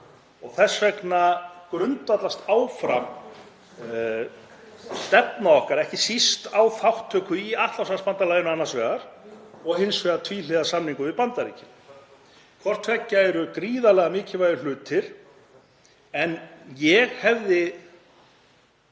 Þess vegna grundvallast stefna okkar áfram ekki síst á þátttöku í Atlantshafsbandalaginu annars vegar og hins vegar á tvíhliða samningi við Bandaríkin. Hvort tveggja eru gríðarlega mikilvægir hlutir en ég hefði